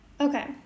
Okay